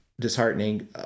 disheartening